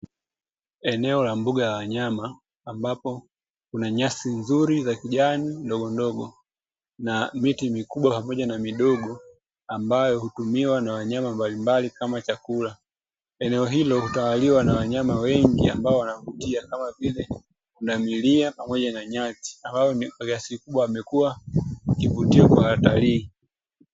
Eneo la mbuga la wanyama ambapo kuna nyasi nzuri za kijani ndogondogo na miti mikubwa pamoja na midogo ambayo hutumiwa na wanyama mbalimbali kama chakula. Eneo hilo hutawaliwa na wanyama wengi ambao wanavutia kama vile: pundamilia pamoja na nyati. Hao kwa kiasi kikubwa wamekua kivutio kwa watalii.